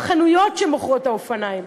בחנויות שמוכרות את האופניים,